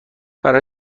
برا